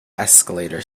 escalator